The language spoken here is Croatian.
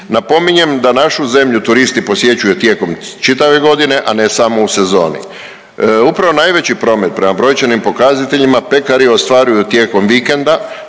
Napominjem da našu zemlju turisti posjećuju tijekom čitave godine, a ne samo u sezoni. Upravo najveći promet prema brojčanim pokazateljima pekari ostvaruju tijekom vikenda